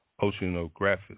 oceanographic